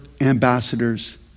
ambassadors